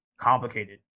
complicated